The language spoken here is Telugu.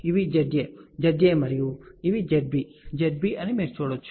ఇవి Za Zaమరియు ఇవి Zb Zb అని మీరు చూడవచ్చు